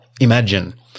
Imagine